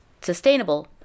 sustainable